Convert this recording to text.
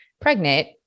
pregnant